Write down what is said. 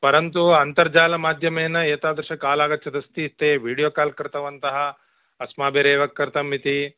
परन्तु अन्तर्जालमाध्यमेन एतादृशः काल् आगच्छत् अस्ति ते वीडियो काल् कृतवन्तः अस्माभिरेव कृतम् इति